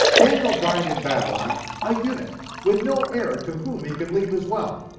daniel died in babylon a eunuch with no heir to whom he could leave his wealth.